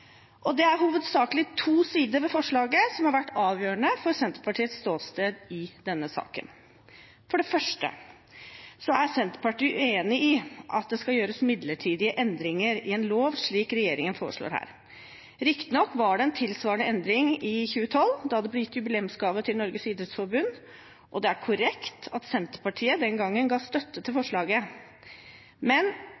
Det er hovedsakelig to sider ved forslaget som har vært avgjørende for Senterpartiets ståsted i denne saken. For det første er Senterpartiet uenig i at det skal gjøres midlertidige endringer i en lov, slik regjeringen foreslår her. Riktignok var det en tilsvarende endring i 2012, da det ble gitt jubileumsgave til Norges idrettsforbund. Det er korrekt at Senterpartiet den gangen ga støtte til